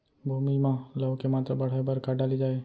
भूमि मा लौह के मात्रा बढ़ाये बर का डाले जाये?